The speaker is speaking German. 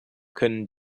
können